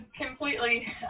completely